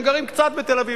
והם גרים קצת בתל-אביב,